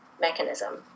mechanism